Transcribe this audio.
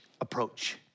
approach